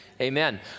amen